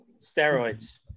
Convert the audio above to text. steroids